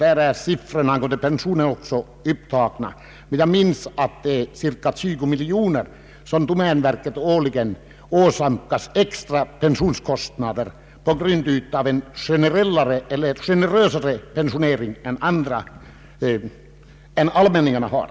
Där är siffrorna även för pensionerna upptagna. Jag minns att domänverket årligen åsamkas cirka 20 miljoner kronor i extraomkostnader för pensioner på grund av en generösare pensionering än vad allmänningarna har.